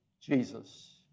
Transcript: Jesus